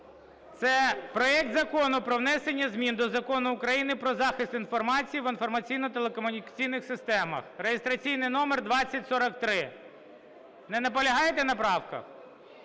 це проект Закону про внесення змін до Закону України "Про захист інформації в інформаційно-телекомунікаційних системах" (реєстраційний номер 2043). Не наполягаєте на правках?